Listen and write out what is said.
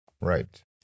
Right